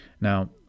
Now